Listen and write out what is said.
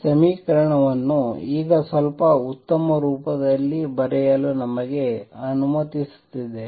ಈ ಸಮೀಕರಣವನ್ನು ಈಗ ಸ್ವಲ್ಪ ಉತ್ತಮ ರೂಪದಲ್ಲಿ ಬರೆಯಲು ನಮಗೆ ಅನುಮತಿಸುತ್ತದೆ